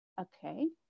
okay